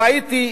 ראיתי,